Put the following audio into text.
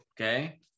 Okay